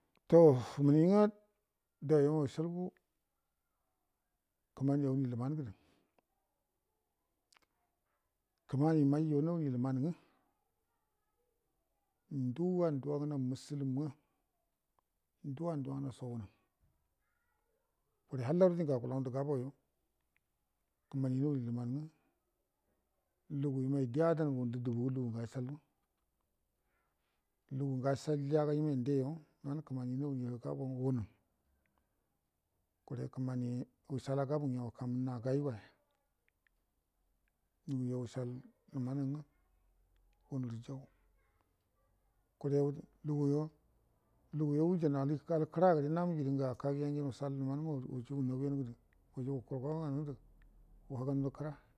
Dan muni nga danyo ashulbu kə maun awuni luman gədə kəmani merojo nawuni luman nga nduwa-nduwana muslim nga nduwa-uduwanasho wunə kure hallado dingə dauye akula gabauyo kəmani mawani luman nga lugu imai deya dangə nudə dabu gu lugu ngə ashalma lungə ashalya imen deyo wanə kəmani gabau nga wunə kure kəmani wushala gabu uya wuka gai goya luguyo wushal luman nga wunərə jau kure luguyo luguyo wujan aka kəra gəre namu bidi ngə aka yago wujugu nawiyau gədə wujugu kurgagə ngənədə wagannu kəra.